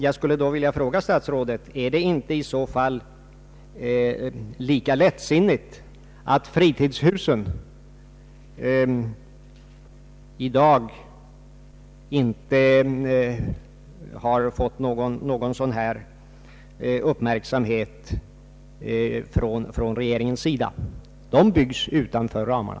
Jag skulle då vilja fråga statsrådet: Är det inte i så fall lika lättsinnigt att fritidshusen i dag inte har fått någon sådan uppmärksamhet från regeringens sida? De byggs nämligen utanför ramarna.